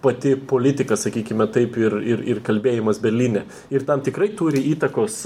pati politika sakykime taip ir ir ir kalbėjimas berlyne ir tam tikrai turi įtakos